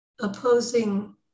opposing